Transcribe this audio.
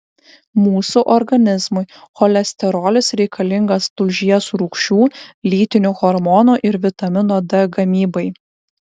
mūsų organizmui cholesterolis reikalingas tulžies rūgščių lytinių hormonų ir vitamino d gamybai